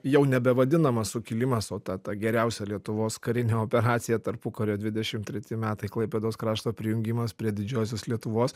jau nebe vadinamas sukilimas o ta ta geriausia lietuvos karinė operacija tarpukario dvidešimt treti metai klaipėdos krašto prijungimas prie didžiosios lietuvos